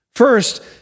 First